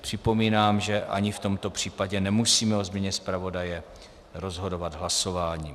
Připomínám, že ani v tomto případě nemusíme o změně zpravodaje rozhodovat hlasováním.